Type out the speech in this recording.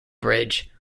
bridge